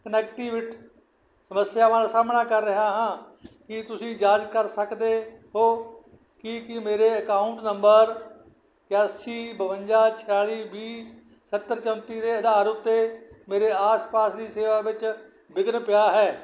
connectivity ਸਮੱਸਿਆਵਾਂ ਦਾ ਸਾਹਮਣਾ ਕਰ ਰਿਹਾ ਹਾਂ ਕੀ ਤੁਸੀਂ ਜਾਂਚ ਕਰ ਸਕਦੇ ਹੋ ਕਿ ਕੀ ਮੇਰੇ ਅਕਾਊਂਟ ਨੰਬਰ ਇਕਆਸੀ ਬਵੰਜਾ ਛਿਆਲੀ ਵੀਹ ਸੱਤਰ ਚੌਂਤੀ ਦੇ ਅਧਾਰ ਉੱਤੇ ਮੇਰੇ ਆਸ ਪਾਸ ਦੀ ਸੇਵਾ ਵਿੱਚ ਵਿਘਨ ਪਿਆ ਹੈ